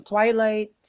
Twilight